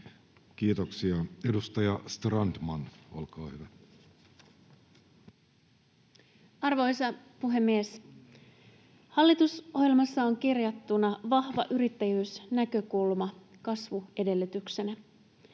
Kiitoksia. — Edustaja Strandman, olkaa hyvä. Arvoisa puhemies! Hallitusohjelmassa on kirjattuna vahva yrittäjyysnäkökulma kasvuedellytyksenä.